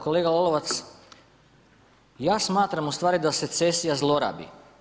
Kolega Olovac, ja smatram ustvari da se cesija zlorabi.